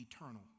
eternal